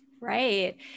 Right